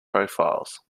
profiles